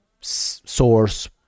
source